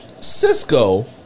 Cisco